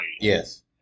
Yes